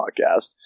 podcast